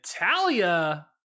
natalia